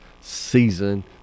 season